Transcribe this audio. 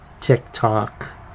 TikTok